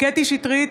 קטי קטרין שטרית,